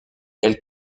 elle